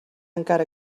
encara